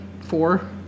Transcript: Four